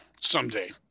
someday